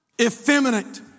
effeminate